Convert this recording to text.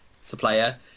supplier